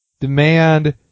demand